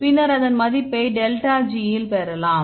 பின்னர் அதன் மதிப்பைப் டெல்டா ஜி இல் பெறலாம்